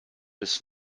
bis